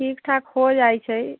ठीक ठाक हो जाइत छै